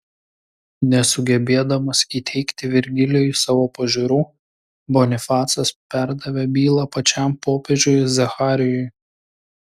nesugebėdamas įteigti virgilijui savo pažiūrų bonifacas perdavė bylą pačiam popiežiui zacharijui